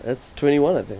it's twenty one I think